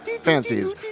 fancies